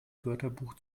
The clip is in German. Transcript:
wörterbuch